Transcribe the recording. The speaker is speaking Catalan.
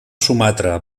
sumatra